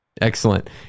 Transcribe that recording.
Excellent